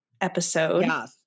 episode